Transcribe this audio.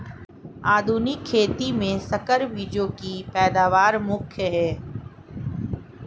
आधुनिक खेती में संकर बीजों की पैदावार मुख्य हैं